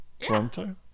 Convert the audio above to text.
Toronto